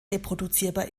reproduzierbar